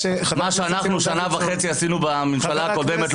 מה שאנחנו במשך שנה וחצי עשינו בממשלה הקודמת,